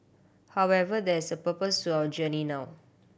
however there is a purpose to our journey now